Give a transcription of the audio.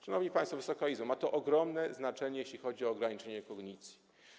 Szanowni państwo, Wysoka Izbo, ma to ogromne znaczenie, jeśli chodzi o ograniczenie kognicji.